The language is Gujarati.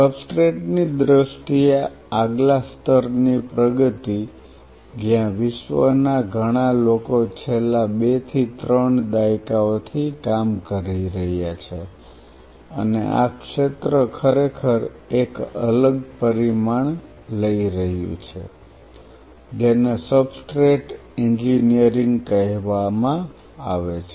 સબસ્ટ્રેટ ની દ્રષ્ટિએ આગલા સ્તરની પ્રગતિ જ્યાં વિશ્વના ઘણા લોકો છેલ્લા 2 થી 3 દાયકાઓથી કામ કરી રહ્યા છે અને આ ક્ષેત્ર ખરેખર એક અલગ પરિમાણ લઈ રહ્યું છે જેને સબસ્ટ્રેટ એન્જિનિયરિંગ કહેવામાં આવે છે